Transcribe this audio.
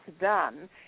done